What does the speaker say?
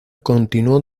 continuó